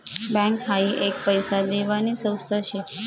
bank हाई एक पैसा देवानी संस्था शे